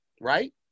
right